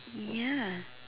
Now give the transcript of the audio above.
ya